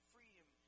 Freedom